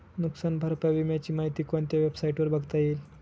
नुकसान भरपाई विम्याची माहिती कोणत्या वेबसाईटवर बघता येईल?